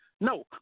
No